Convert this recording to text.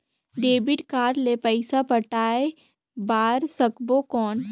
Debit card ले पइसा पटाय बार सकबो कौन?